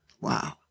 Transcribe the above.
Wow